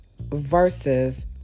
versus